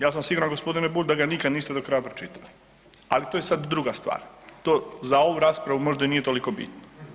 Ja sam siguran gospodine Bulj da ga nikad niste do kraja pročitali, ali to je sad druga stvar, to za ovu raspravu možda i nije toliko bitno.